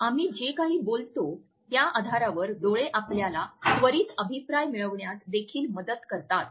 आम्ही जे काही बोलतो त्या आधारावर डोळे आपल्याला त्वरित अभिप्राय मिळविण्यात देखील मदत करतात